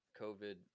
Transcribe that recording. COVID